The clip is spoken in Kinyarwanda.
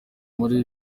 muri